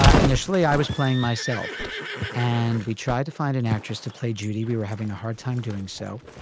ah initially, i was playing myself and we tried to find an actress to play judy. we were having a hard time doing so.